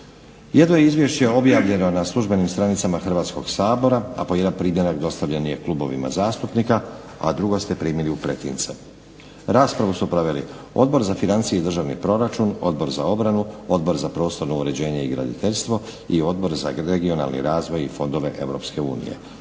Jedno je izvješće objavljeno na službenim stranicama Hrvatskog sabora, a po jedan primjerak dostavljen je klubovima zastupnika a drugo ste primili u pretince. Raspravu su proveli Odbor za financije i državni proračun, Odbor za obranu, Odbor za prostorno uređenje i graditeljstvo i Odbor za regionalni razvoj i fondove EU.